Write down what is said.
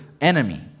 enemy